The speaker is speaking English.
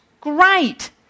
Great